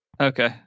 Okay